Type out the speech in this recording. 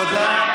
תודה.